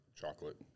chocolate